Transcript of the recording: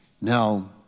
Now